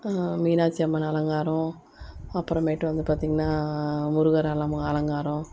மீனாட்சி அம்மன் அலங்காரம் அப்புறமேட்டு வந்து பார்த்தீங்கன்னா முருகர் அலமு அலங்காரம்